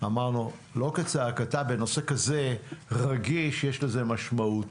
ל-"לא כצעקתה" בנושא כזה רגיש יש משמעות.